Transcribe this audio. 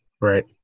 Right